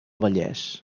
vallès